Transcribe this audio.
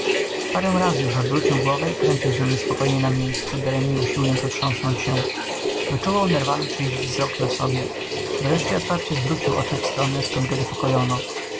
parę razy już odwrócił głowę i kręcił się niespokojnie na miejscu daremnie usiłując otrząsnąć się wyczuwał nerwami czyjś wzrok na sobie wreszcie otwarcie zwrócił oczy w stronę